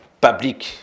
public